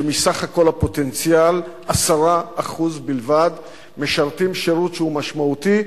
שמסך כל הפוטנציאל 10% בלבד משרתים שירות שהוא משמעותי,